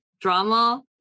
drama